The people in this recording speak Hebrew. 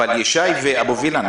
ישי פולק ואבו וילן,